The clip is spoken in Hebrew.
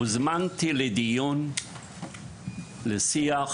הוזמנתי לשיח